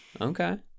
Okay